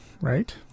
Right